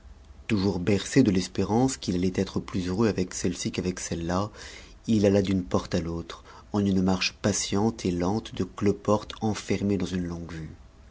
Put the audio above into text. toujours bercé de l'espérance qu'il allait être plus heureux avec celle-ci qu'avec celle-là il alla d'une porte à l'autre en une marche patiente et lente de cloporte enfermé dans une longue-vue